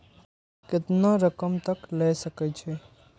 केतना रकम तक ले सके छै?